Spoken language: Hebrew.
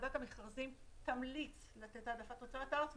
ועדת המכרזים תמליץ לתת העדפה לתוצרת הארץ,